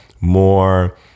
more